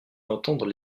d’entendre